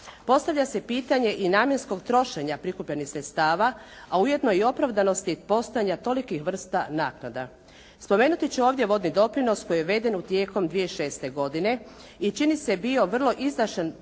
Postavlja se pitanje u namjenskog trošenja prikupljenih sredstava, a uvjetno i opravdanosti postojanja tolikih vrsta naknada. Spomenuti ću ovdje vodni doprinos koji je uveden tijekom 2006. godine i čini se bio vrlo izdašan